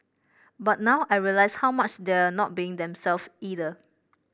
but now I realise how much they're not being themselves either